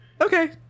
okay